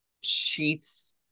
sheets